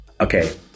Okay